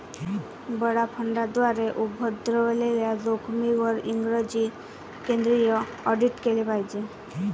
बडा फंडांद्वारे उद्भवलेल्या जोखमींवर इंग्रजी केंद्रित ऑडिट केले पाहिजे